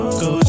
go